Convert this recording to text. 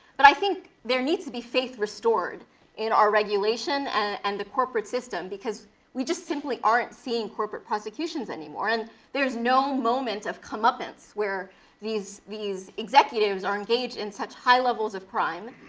but i think there needs to be faith restored in our regulation and the corporate system, because we just simply aren't seeing corporate prosecutions anymore. and there's no moment of comeuppance where these these executives are engage in such high levels of crime.